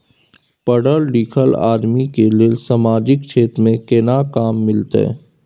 पढल लीखल आदमी के लेल सामाजिक क्षेत्र में केना काम मिलते?